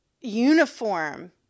uniform